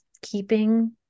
keeping